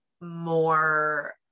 more